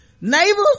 neighbor